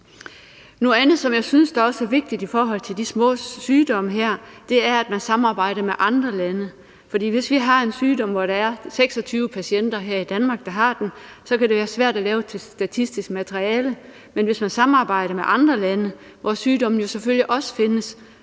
Noget andet, som jeg også synes er vigtigt i forhold til de små sygdomme her, er, at man samarbejder med andre lande, for hvis vi har en sygdom, som 26 patienter her i Danmark lider af, kan det være svært at lave noget statistisk materiale, men hvis man samarbejder med andre lande, hvor sygdommen selvfølgelig også findes,